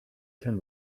can